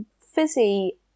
fizzy